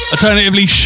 Alternatively